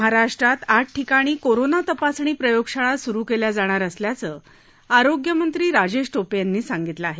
महाराष्ट्रात आठ ठिकाणी कोरोना तपासणी प्रयोगशाळा सुरू केल्या जाणार असल्याचं आरोग्यमंत्री राजेश टोपे यांनी सांगितलं आहे